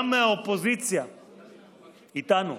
גם מהאופוזיציה, איתנו.